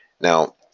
now